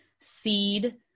seed